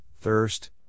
thirst